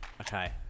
Okay